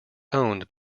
owned